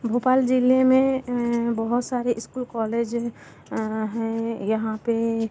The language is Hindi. भोपाल ज़िले में बहुत सारे इस्कूल कॉलेज हैं यहाँ पे